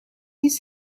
his